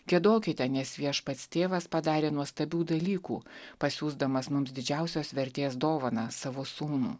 giedokite nes viešpats tėvas padarė nuostabių dalykų pasiųsdamas mums didžiausios vertės dovaną savo sūnų